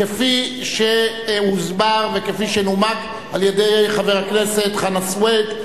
כפי שהוסבר וכפי שנומק על-ידי חבר הכנסת חנא סוייד.